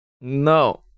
No